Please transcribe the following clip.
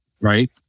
right